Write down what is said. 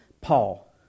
Paul